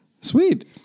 sweet